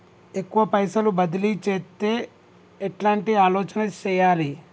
ఎక్కువ పైసలు బదిలీ చేత్తే ఎట్లాంటి ఆలోచన సేయాలి?